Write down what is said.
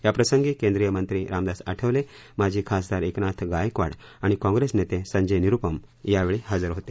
याप्रसंगी केंद्रीय मत्री रामदास आठवले माजी खासदार एकनाथ गायकवाड आणि काँग्रेस नेते संजय निरूपम यावेळी हजर होते